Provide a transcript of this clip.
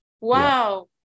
Wow